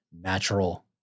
natural